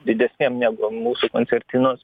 didesnėm negu mūsų koncertinos